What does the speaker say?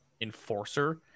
enforcer